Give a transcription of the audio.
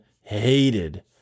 hated